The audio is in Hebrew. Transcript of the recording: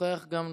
נוכח גם נוכח.